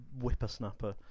whippersnapper